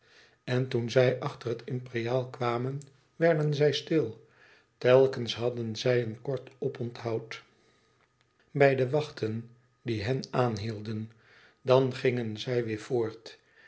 en toen zij achter het imperiaal kwamen werden zij stil telkens hadden zij een kort op onthoud bij de wachten die hen aanhielden dan gingen zij weèr voort